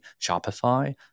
Shopify